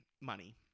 money